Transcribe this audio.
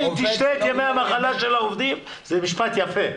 תשתה את ימי המחלה של העובדים זה משפט יפה.